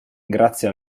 grazie